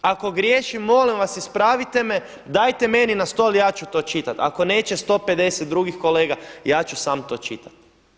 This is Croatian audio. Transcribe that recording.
Ako griješim molim vas ispravite me, dajte meni na stol ja ću to čitat ako neće 150 drugih kolega, ja ću sam to čitati.